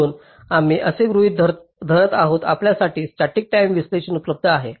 म्हणून आम्ही असे गृहीत धरत आहोत आपल्यासाठी स्टॅटिक टाईम विश्लेषक उपलब्ध आहे